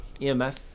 EMF